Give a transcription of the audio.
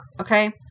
okay